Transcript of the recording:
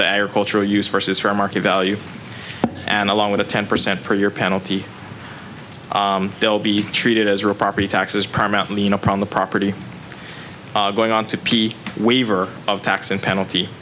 the agricultural use versus fair market value and along with a ten percent per year penalty they'll be treated as a property taxes paramount lean upon the property going on to p waiver of tax and penalty